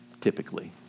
typically